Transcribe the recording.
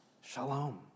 shalom